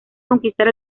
conquistar